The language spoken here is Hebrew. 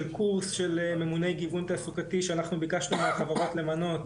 קורס של ממוני גיוון תעסוקתי שאנחנו ביקשנו מהחברות למנות